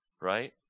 right